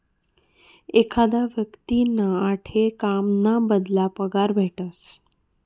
एखादा व्यक्तींना आठे काम ना बदला पगार भेटस